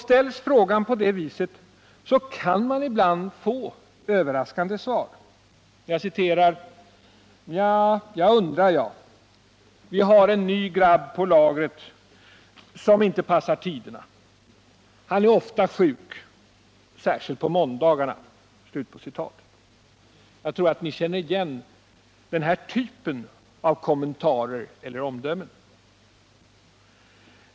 Ställs frågan på det sättet kan man ibland få ett överraskande svar: Ja, jag undrar, jag. Vi har en ny grabb på lagret, som inte passar tiderna. Han är ofta sjuk, särskilt på måndagarna. Jag tror att ni känner igen den typen av kommentarer eller omdömen.